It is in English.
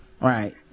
Right